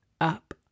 up